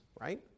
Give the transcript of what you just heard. Right